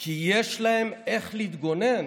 כי יש להם איך להתגונן.